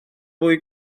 fwy